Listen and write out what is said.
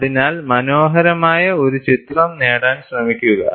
അതിനാൽ മനോഹരമായ ഒരു ചിത്രം നേടാൻ ശ്രമിക്കുക